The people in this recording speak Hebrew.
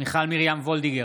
מיכל מרים וולדיגר,